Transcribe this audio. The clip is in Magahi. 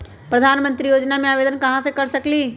प्रधानमंत्री योजना में आवेदन कहा से कर सकेली?